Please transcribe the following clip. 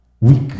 Weak